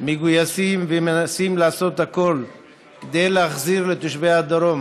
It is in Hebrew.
מגויסת ומנסה לעשות הכול כדי להחזיר לתושבי הדרום